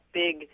big